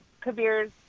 Kabir's